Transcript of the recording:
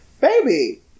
baby